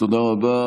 תודה רבה.